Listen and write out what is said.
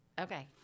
Okay